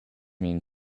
mean